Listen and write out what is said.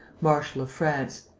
marshal of france.